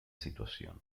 situación